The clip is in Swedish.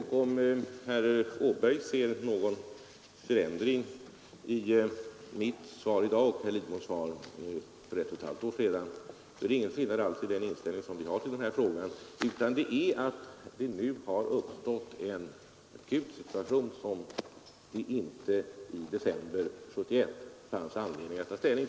Därför finns inte den skillnad som herr Åberg ser i mitt svar i dag i förhållande till herr Lidboms svar för ett och ett halvt år sedan.